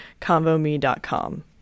Convome.com